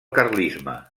carlisme